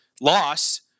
loss